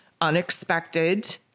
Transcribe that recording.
unexpected